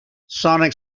sonic